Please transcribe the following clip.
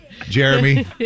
Jeremy